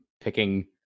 picking